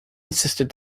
insisted